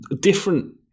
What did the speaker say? Different